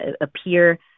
appear